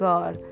God